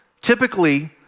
Typically